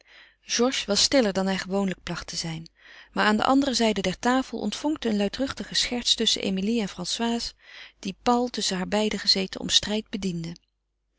georges was stiller dan hij gewoonlijk placht te zijn maar aan de andere zijde der tafel ontvonkte een luidruchtige scherts tusschen emilie en françoise die paul tusschen haar beiden gezeten om strijd bedienden